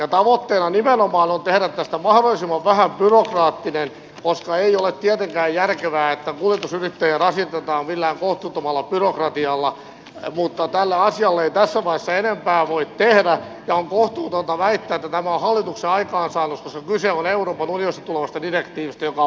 tavoitteena nimenomaan on tehdä tästä mahdollisimman vähän byrokraattinen koska ei ole tietenkään järkevää että kuljetusyrittäjiä rasitetaan millään kohtuuttomalla byrokratialla mutta tälle asialle ei tässä vaiheessa enempää voi tehdä ja on kohtuutonta väittää että tämä on hallituksen aikaansaannos koska kyse on euroopan unionista tulevasta direktiivistä joka on voimaan laitettava